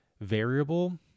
variable